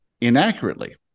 inaccurately